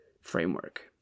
framework